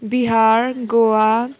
Bihar Goa